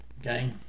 Okay